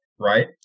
right